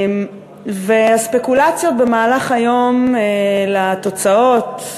והספקולציות במהלך היום על התוצאות,